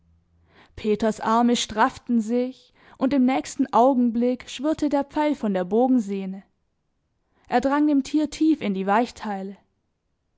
peters arme strafften sich und im nächsten augenblick schwirrte der pfeil von der bogensehne er drang dem tier tief in die weichteile